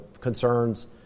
concerns